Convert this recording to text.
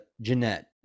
Jeanette